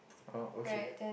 oh okay